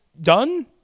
done